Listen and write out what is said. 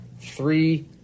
three